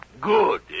Good